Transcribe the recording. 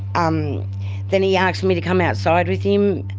um then he asks me to come outside with him.